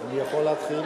אני יכול להתחיל?